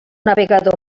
navegador